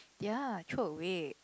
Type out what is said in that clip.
ya throw away